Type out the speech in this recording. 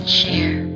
share